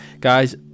Guys